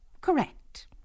correct